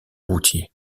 routier